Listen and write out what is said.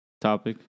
topic